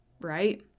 right